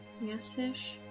Yes-ish